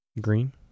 Green